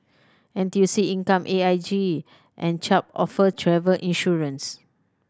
N T U C Income A I G and Chubb offer travel insurance